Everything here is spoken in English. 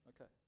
Okay